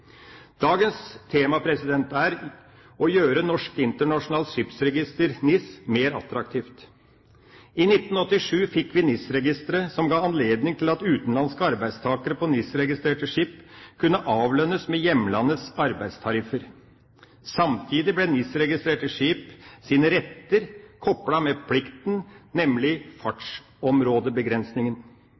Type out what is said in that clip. Dagens tema er å gjøre Norsk Internasjonalt Skipsregister, NIS, mer attraktivt. I 1987 fikk vi NIS, som ga anledning til at utenlandske arbeidstakere på NIS-registrerte skip kunne avlønnes med hjemlandets arbeidstariffer. Samtidig ble NIS-registrerte skips retter koplet med plikten, nemlig